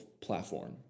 platform